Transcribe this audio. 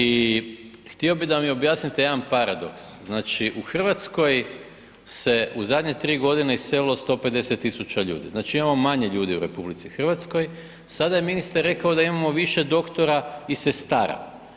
I htio bih da mi objasnite jedan paradoks, znači u Hrvatskoj se u zadnje tri godine iselilo 150 tisuća ljudi, znači imamo manje ljudi u RH, sada je ministar rekao da imamo više doktora i sestara.